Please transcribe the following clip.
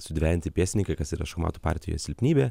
sudvejinti pėstininkai kas yra šachmatų partijos silpnybė